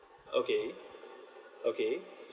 okay okay